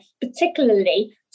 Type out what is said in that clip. particularly